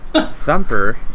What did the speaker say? Thumper